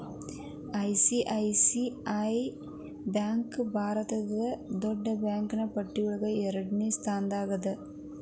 ICICI bank ಭಾರತದ್ ದೊಡ್ಡ್ ಬ್ಯಾಂಕಿನ್ನ್ ಪಟ್ಟಿಯೊಳಗ ಎರಡ್ನೆ ಸ್ಥಾನ್ದಾಗದ